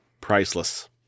Priceless